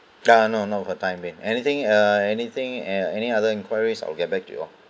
nah no no for the time being anything uh anything uh any other inquiries I'll get back to you all